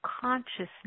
consciousness